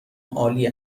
عالی